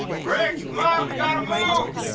ah and we got to move!